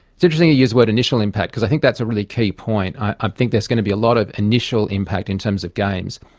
it's interesting you use the word initial impact because i think that's a really key point. i think there's going to be a lot of initial impact in terms of games.